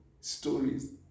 stories